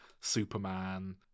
Superman